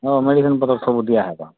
ହଁ ମେଡ଼ିସିନ୍ ପତର ସବୁ ଦିଆହେବା